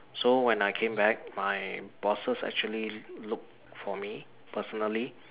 so when I came back my bosses actually looked for me personally